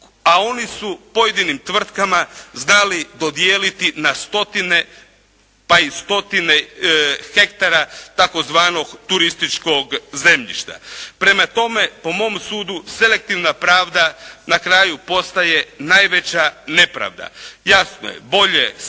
a oni su pojedinim tvrtkama znali dodijeliti na stotine, pa i stotine hektara tzv. turističkog zemljišta. Prema tome, po mom sudu, selektivna pravda na kraju postaje najveća nepravda. Jasno je, bolje